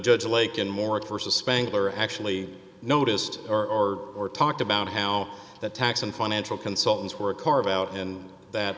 judge lake in more versus spangler actually noticed or or talked about how the tax and financial consultants were carved out in that